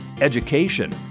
education